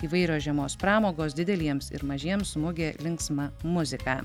įvairios žiemos pramogos dideliems ir mažiems mugė linksma muzika